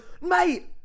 Mate